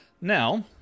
Now